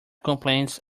complaints